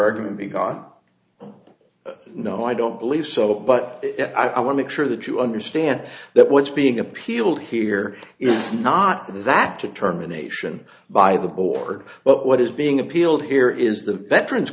argument be god no i don't believe so but i want to be sure that you understand that what's being appealed here is not that determination by the board but what is being appealed here is the veterans